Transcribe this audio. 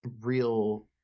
real